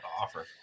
offer